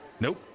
Nope